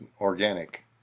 organic